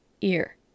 ear